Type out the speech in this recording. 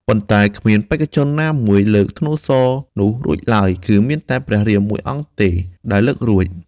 ប៉ុន្តែគ្មានបេក្ខជនណាមួយលើកធ្នូសរនោះរួចឡើយ គឺមានតែព្រះរាមមួយអង្គទេ ដែលលើករួច។